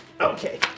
Okay